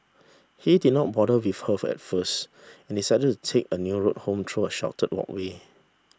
he did not bother with her at first and decided to take a new route home through a sheltered walkway